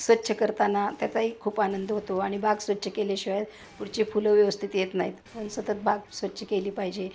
स्वच्छ करताना त्याचाही खूप आनंद होतो आणि बाग स्वच्छ केल्याशिवाय पुढची फुलं व्यवस्थित येत नाहीत म्ह सतत बाग स्वच्छ केली पाहिजे